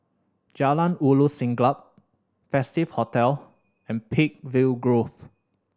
Jalan Ulu Siglap Festive Hotel and Peakville Grove